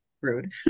Rude